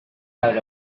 out